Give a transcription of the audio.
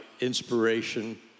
inspiration